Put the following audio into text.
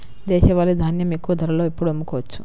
దేశవాలి ధాన్యం ఎక్కువ ధరలో ఎప్పుడు అమ్ముకోవచ్చు?